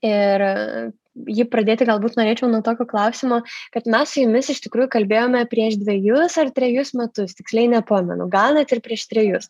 ir jį pradėti galbūt norėčiau nuo tokio klausimo kad mes su jumis iš tikrųjų kalbėjome prieš dvejus ar trejus metus tiksliai nepamenu gal net ir prieš trejus